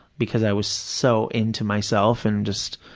because i was so into myself and just,